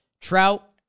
Trout